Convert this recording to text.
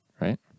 right